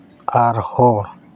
ᱟᱨᱦᱚᱸ